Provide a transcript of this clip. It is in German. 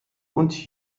und